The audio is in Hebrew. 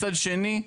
מצד שני,